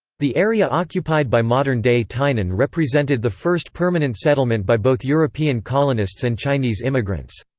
the area occupied by modern-day tainan represented the first permanent settlement by both european colonists and chinese immigrants.